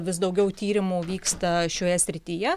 vis daugiau tyrimų vyksta šioje srityje